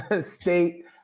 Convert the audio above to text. State